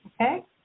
okay